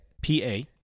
P-A